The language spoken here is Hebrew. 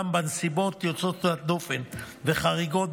אולם בנסיבות יוצאות דופן וחריגות,